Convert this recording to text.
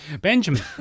Benjamin